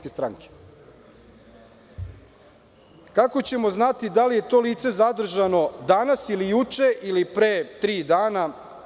Kako ćemo znati da li je to lice zadržano danas ili juče ili pre tri dana?